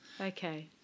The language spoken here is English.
Okay